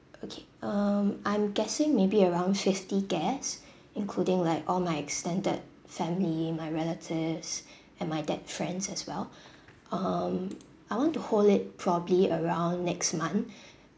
okay um I'm guessing maybe around fifty guests including like all my extended family my relatives and my dad friends as well um I want to hold it probably around next month